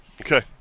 Okay